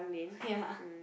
ya